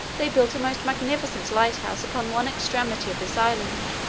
they built a most magnificent light-house upon one extremity of this island,